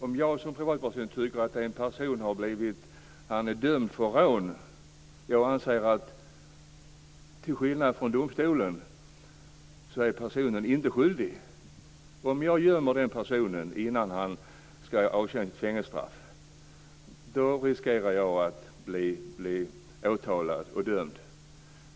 Om jag gömmer en person som av domstolen har blivit dömd för rån innan han skall avtjäna sitt fängelsestraff, riskerar jag att bli åtalad och dömd. Jag anser, till skillnad från domstolen, att personen inte är skyldig.